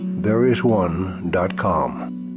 Thereisone.com